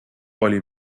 oli